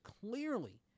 clearly